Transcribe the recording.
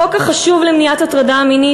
החוק החשוב למניעת הטרדה מינית,